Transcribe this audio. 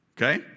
Okay